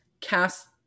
cast